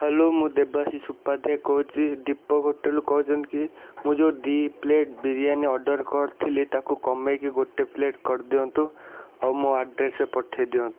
hello ମୁଁ ଦେବାଶିଷ୍ ଉପଧ୍ୟାୟ କହୁଛି ଦୀପକ ହୋଟେଲ୍ରୁ କହୁଛନ୍ତି କି ମୁଁ ଯେଉଁ ଦୁଇ ପ୍ଳେଟ୍ ବିରିୟାନି ଅର୍ଡ଼ର୍ କରିଥିଲି ତାକୁ କମାଇକି ଗୋଟେ ପ୍ଳେଟ୍ କରିଦିଅନ୍ତୁ ଆଉ ମୋ ଆଡ଼୍ରେସରେ ପଠାଇ ଦିଅନ୍ତୁ